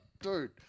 dude